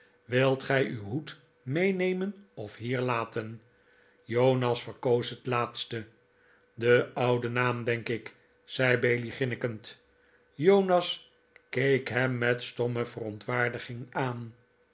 wilt gij uw hoed meenemen of hier laten jonas verkoos het laatste de oude naam denk ik zei bailey grinnikend jonas keek hem met stomme verontwaardiging aan